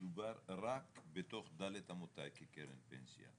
מדובר רק בתוך ד' אמותיי כקרן פנסיה?